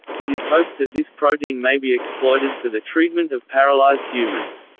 it is hoped that this protein may be exploited for the treatment of paralysed humans.